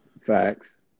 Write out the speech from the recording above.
Facts